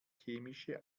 chemische